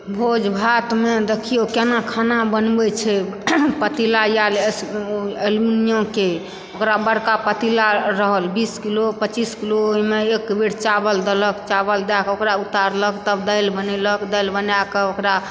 भोज भात मे देखियो केना खाना बनबैत छै पतीला यऽ एल्युमिनियम के ओकरा बड़का पतीला रहल बीस किलो पच्चीस किलो ओहि मे एक बेर चावल देलक चावल दय कऽ ओकरा उतारलक तब दालि बनेलक दालि बनाकर ओकरा